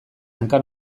hanka